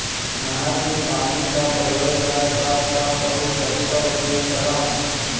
नहर के पानी ल पलोय बर कब कब अऊ कतका उपयोग करंव?